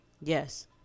Yes